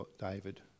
David